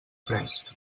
fresc